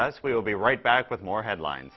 us we'll be right back with more headlines